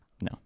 No